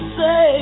say